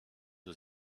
aux